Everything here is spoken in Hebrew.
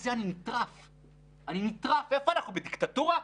משם באו הביטחון,